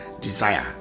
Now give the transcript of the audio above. desire